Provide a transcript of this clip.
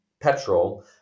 petrol